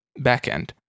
backend